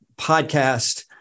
podcast